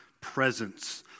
presence